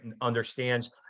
understands